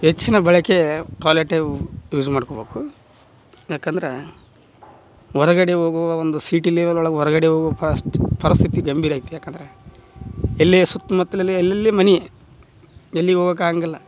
ಹೆಚ್ಚಿನ ಬಳಕೆ ಟಾಯ್ಲೆಟೇ ಯೂಸ್ ಮಾಡ್ಕೊಬೇಕು ಯಾಕಂದ್ರೆ ಹೊರಗಡೆ ಹೋಗುವ ಒಂದು ಸಿಟಿ ಹೊರ್ಗಡೆ ಪರಿಸ್ಥಿತಿ ಗಂಭೀರ ಐತೆ ಯಾಕಂದರೆ ಎಲ್ಲೇ ಸುತ್ತಮುತ್ತಲಲ್ಲಿ ಎಲ್ಲೆಲ್ಲಿ ಮನೆ ಎಲ್ಲಿ ಹೋಗಕ್ ಆಗೋಂಗಿಲ್ಲ